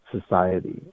society